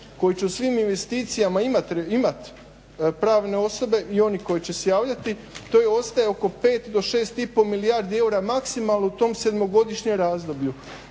koje će u svim investicijama imati pravne osobe i oni koji će se javljati tu ostaje oko pet do šest i pol milijardi eura maksimalno u tom sedmogodišnjem razdoblju.